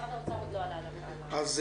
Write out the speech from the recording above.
משרד האוצר עוד לא עלה על הקו.